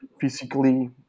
physically